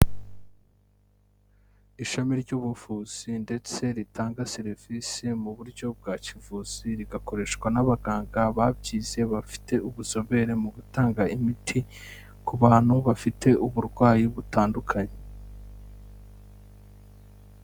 Ishami ry'ubuvuzi ndetse ritanga serivisi mu buryo bwa kivuzi, rigakoreshwa n'abaganga babyize bafite ubuzobere mu gutanga imiti, ku bantu bafite uburwayi butandukanye.